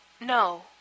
No